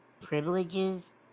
privileges